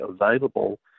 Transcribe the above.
available